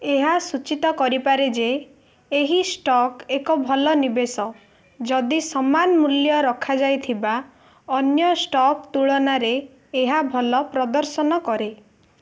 ଏହା ସୂଚିତ କରି ପାରେ ଯେ ଏହି ଷ୍ଟକ୍ ଏକ ଭଲ ନିବେଶ ଯଦି ସମାନ ମୂଲ୍ୟ ରଖାଯାଇଥିବା ଅନ୍ୟ ଷ୍ଟକ୍ ତୁଳନାରେ ଏହା ଭଲ ପ୍ରଦର୍ଶନ କରେ